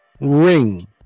ring